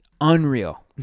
Unreal